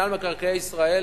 מינהל מקרקעי ישראל